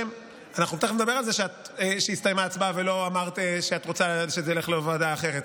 תכף נדבר על זה שהסתיימה ההצבעה ולא אמרת שאת רוצה שזה ילך לוועדה אחרת.